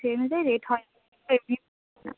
সেই অনুযায়ী রেট হয়